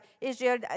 Israel